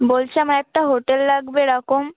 বলছি আমার একটা হোটেল লাগবে এরকম